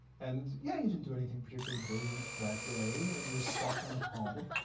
and yeah, you didn't do anything particularly brilliant that day, and you're stuck on a problem,